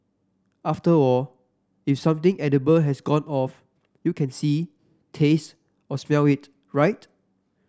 after all if something edible has gone off you can see taste or smell it right